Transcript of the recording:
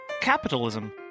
Capitalism